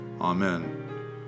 Amen